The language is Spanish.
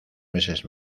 meses